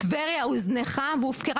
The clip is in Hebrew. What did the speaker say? טבריה הוזנחה והופקרה,